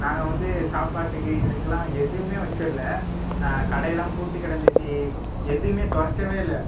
நாங்க வந்து சாப்பாட்டுக்கு இதுக்கெலாம் எதுவும் வச்சிரலை கடையெலாம் பூட்டி கடந்துச்சு எதுவும் திறக்கவே இல்லை